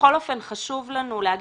חשוב לנו להגיד,